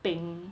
peng